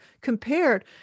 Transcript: compared